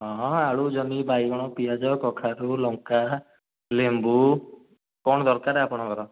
ହଁ ହଁ ଆଳୁ ଜହ୍ନି ବାଇଗଣ ପିଆଜ କଖାରୁ ଲଙ୍କା ଲେମ୍ବୁ କ'ଣ ଦରକାର ଆପଣଙ୍କର